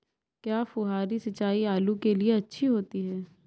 क्या फुहारी सिंचाई आलू के लिए अच्छी होती है?